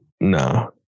no